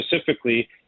specifically